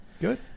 Good